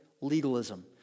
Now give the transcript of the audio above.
Legalism